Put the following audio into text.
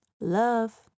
Love